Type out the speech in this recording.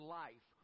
life